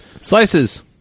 Slices